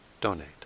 donate